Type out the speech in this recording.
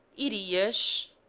e s.